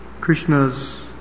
Krishna's